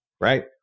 right